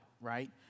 right